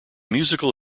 musical